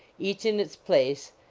each in its place,